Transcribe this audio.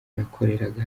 nakoreraga